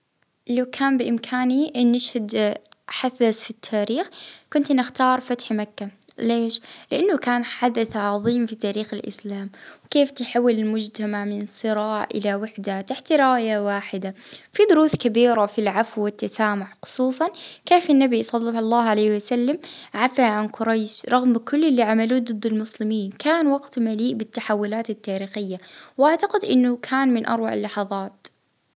ا نحب نشهد فتح مكة هيك نحس فيه يعني حدث تاريخي عظيم وهادا يعني لحد نحب نحضره.